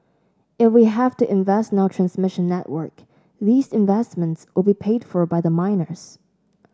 if we have to invest in our transmission network these investments will be paid for by the miners